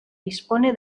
dispone